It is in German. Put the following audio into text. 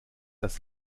das